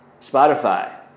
Spotify